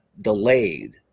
delayed